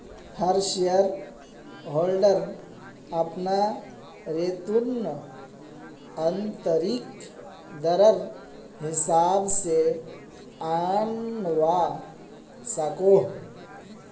हर shareholder अपना return आंतरिक दरर हिसाब से आंनवा सकोह